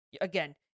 again